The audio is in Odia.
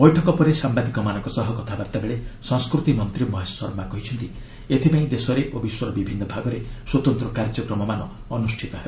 ବୈଠକ ପରେ ସାମ୍ବାଦିକମାନଙ୍କ ସହ କଥାବାର୍ଭା ବେଳେ ସଂସ୍କୃତି ମନ୍ତ୍ରୀ ମହେଶ ଶର୍ମା କହିଛନ୍ତି ଏଥିପାଇଁ ଦେଶରେ ଓ ବିଶ୍ୱର ବିଭିନ୍ନ ଭାଗରେ ସ୍ୱତନ୍ତ କାର୍ଯ୍ୟକ୍ରମମାନ ଅନୁଷ୍ଠିତ ହେବ